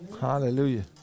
Hallelujah